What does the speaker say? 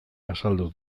azaldu